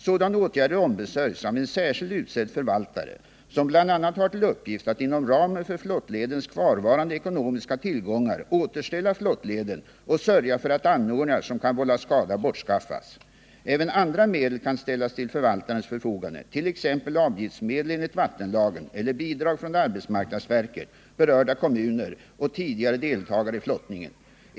Sådana åtgärder ombesörjs av en särskilt utsedd förvaltare, som bl.a. har till uppgift att inom ramen för flottledens kvarvarande ekonomiska tillgångar återställa flottleden och sörja för att anordningar som kan vålla skada bortskaffas. Även andra medel kan ställas till förvaltarens förfogande, t.ex. avgiftsmedel enligt vattenlagen eller bidrag från arbetsmarknadsverket, berörda kommuner och tidigare deltagare i flottningen.